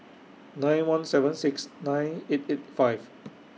nine one seven six nine eight eight five